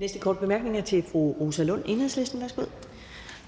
næste korte bemærkning er til fru Rosa Lund, Enhedslisten. Værsgo. Kl. 10:20 Rosa Lund (EL):